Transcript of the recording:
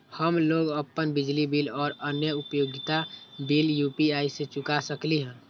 हम लोग अपन बिजली बिल और अन्य उपयोगिता बिल यू.पी.आई से चुका सकिली ह